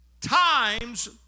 Times